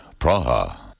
Praha